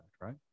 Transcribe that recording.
right